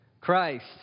Christ